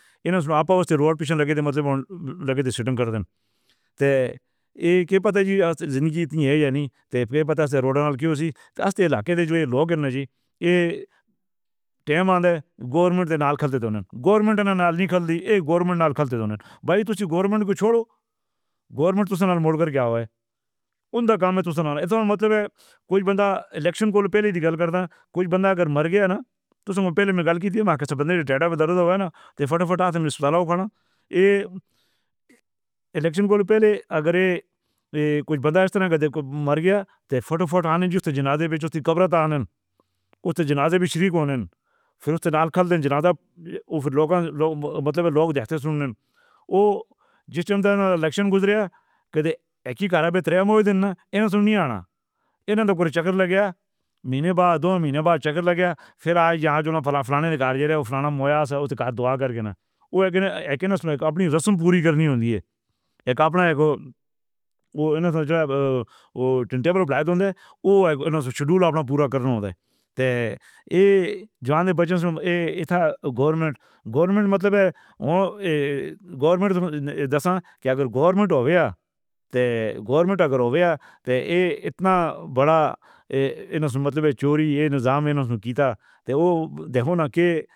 You know آپووَستی road patient لگے تھے۔ سِٹِنگ کر دِیم دے اے کے پتہ جی، زِندگی اِتنی ہے یا نہیں؟ اے گورنمنٹ گورنمنٹ کو چھوڑو۔ گورنمنٹ اُنڈا کام میں مطلب ہے کوئی بندہ الیکشن، کوئی بندہ اگر مر گیا نا تو اُس وقت پہلے میں گل کی تھی نا یے الیکشن پہلے اگر یے۔ کوئی بندہ مر گیا۔ مہینے بعد دو مہینے بعد چکر لگ گیا۔ پھر آج یہاں جو نا فلانہ او اپنی رسم پوری کرنی ہوتی ہے، ایک اپنا ایک او او سکیڈول اپنا پورا کرنا ہوتا ہے گورنمنٹ۔ گورنمنٹ مطلب گورنمنٹ گورنمنٹ ہو گیا گورنمنٹ اگر ہو گیا اِتنا بڑا مطلب چوری یے۔